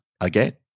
Again